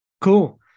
Cool